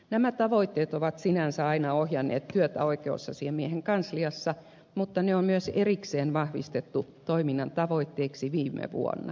nämä tavoitteet ovat sinänsä aina ohjanneet työtä oikeusasiamiehen kansliassa mutta ne on myös erikseen vahvistettu toiminnan tavoitteiksi viime vuonna